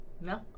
No